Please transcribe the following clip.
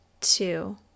two